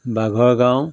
বাঘৰ গাঁও